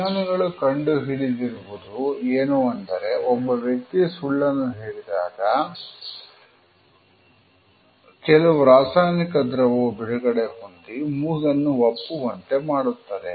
ವಿಜ್ಞಾನಿಗಳು ಕಂಡು ಹಿಡಿದಿರುವುದು ಏನು ಅಂದರೆ ಒಬ್ಬ ವ್ಯಕ್ತಿ ಸುಳ್ಳನ್ನು ಹೇಳಿದಾಗ ಕೆಲವು ರಾಸಾಯನಿಕ ದ್ರವವು ಬಿಡುಗಡೆಹೊಂದಿ ಮೂಗನ್ನು ಒಪ್ಪುವಂತೆ ಮಾಡುತ್ತದೆ